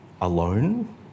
alone